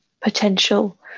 potential